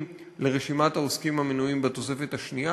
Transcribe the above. לרשימת העוסקים המנויים בתוספת השנייה,